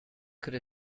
could